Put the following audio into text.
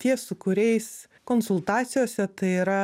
tie su kuriais konsultacijose tai yra